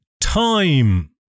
time